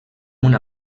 una